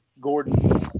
Gordon